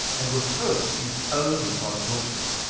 and were first used only by the military.